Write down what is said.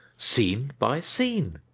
scene by scene!